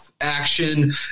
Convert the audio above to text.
action